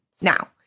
Now